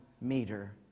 meter